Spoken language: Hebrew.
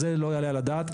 זה לא יעלה על הדעת,